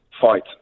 fight